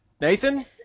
Nathan